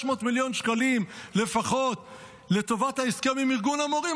מיליון שקלים לפחות לטובת ההסכם עם ארגון המורים,